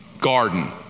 garden